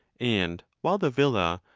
and while the villa,